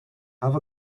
have